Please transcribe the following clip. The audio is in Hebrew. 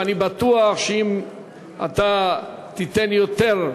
ואני בטוח שאם אתה תיתן יותר,